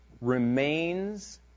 remains